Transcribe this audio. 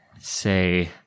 say